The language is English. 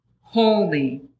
holy